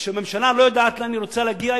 וכשממשלה לא יודעת לאן היא רוצה להגיע,